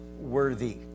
worthy